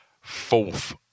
fourth